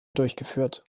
durchgeführt